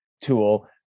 tool